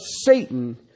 Satan